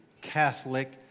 Catholic